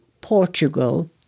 Portugal